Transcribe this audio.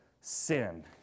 sin